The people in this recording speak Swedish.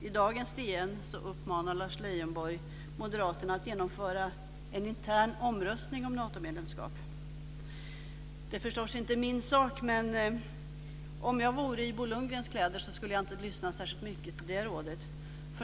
I dagens DN uppmanar Lars Leijonborg moderaterna att genomföra en intern omröstning om Natomedlemskap. Det är förstås inte min sak, men om jag vore i Bo Lundgrens kläder skulle jag inte lyssna särskilt mycket till det rådet.